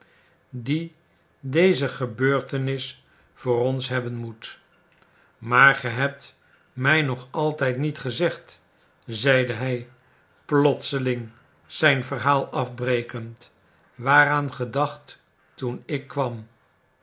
die deze gebeurtenis voor ons hebben moet maar ge hebt mij nog altijd niet gezegd zeide hij plotseling zijn verhaal afbrekend waaraan ge dacht toen ik kwam